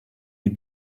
you